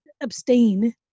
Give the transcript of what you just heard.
abstain